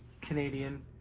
Canadian